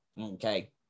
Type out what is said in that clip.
okay